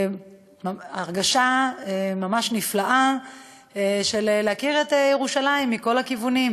והרגשה ממש נפלאה של להכיר את ירושלים מכל הכיוונים,